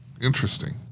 Interesting